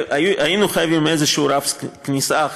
היינו חייבים רף כניסה כלשהו,